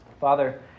Father